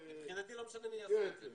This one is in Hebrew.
מבחינתי לא משנה מי יעשה את זה.